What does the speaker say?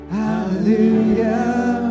hallelujah